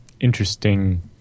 interesting